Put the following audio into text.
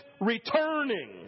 returning